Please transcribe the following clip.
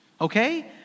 Okay